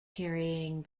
carrying